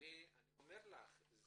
אני אומר לך,